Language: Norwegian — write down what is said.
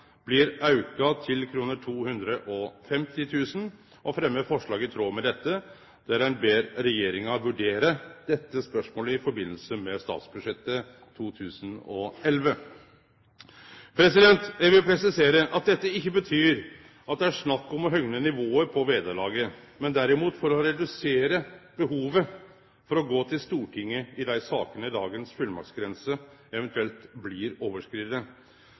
blir auka til 250 000 kr, og fremmer forslag i tråd med dette, der ein ber regjeringa vurdere dette spørsmålet i samband med statsbudsjettet for 2011. Eg vil presisere at dette ikkje betyr at det er snakk om å høgne nivået på vederlaget, men derimot å redusere behovet for å gå til Stortinget i dei sakene dagens fullmaktsgrense eventuelt blir